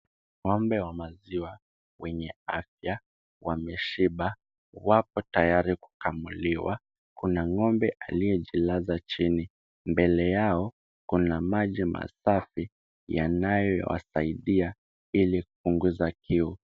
Ng'ombe wa maziwa wenye afya, wameshiba, wapo tayari kukamuliwa. Kuna ng'ombe aliyejilaza chini. Mbele yao kuna maji masafi yanayowasaidia ili kupunguza kiu.